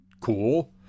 cool